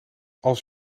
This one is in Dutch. als